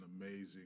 amazing